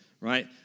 right